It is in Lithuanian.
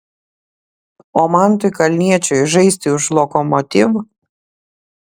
o mantui kalniečiui žaisti už lokomotiv